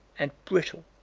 and brittle.